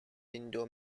window